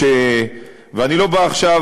ואני לא בא עכשיו,